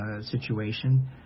situation